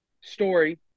story